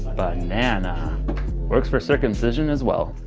but and works for circumcision as well.